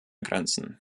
grenzen